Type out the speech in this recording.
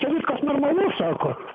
čia viskas normalu sako